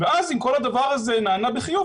ואז אם כל הדבר הזה נענה בחיוב,